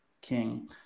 King